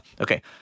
Okay